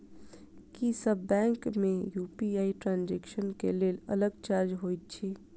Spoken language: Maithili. की सब बैंक मे यु.पी.आई ट्रांसजेक्सन केँ लेल अलग चार्ज होइत अछि?